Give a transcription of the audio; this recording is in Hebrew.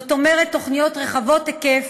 זאת אומרת, תוכניות רחבות היקף,